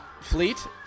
Fleet